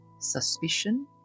suspicion